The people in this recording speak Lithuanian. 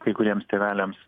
kai kuriems tėveliams